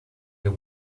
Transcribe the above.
they